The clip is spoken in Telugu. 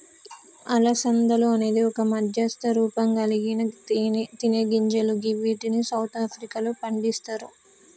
అలసందలు అనేది ఒక మధ్యస్థ రూపంకల్గిన తినేగింజలు గివ్విటిని సౌత్ ఆఫ్రికాలో పండిస్తరు